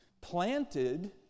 Planted